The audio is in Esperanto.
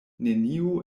neniu